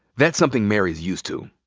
that's something mary's used to.